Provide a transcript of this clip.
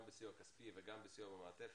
גם בסיוע כספי וגם בסיוע במעטפת.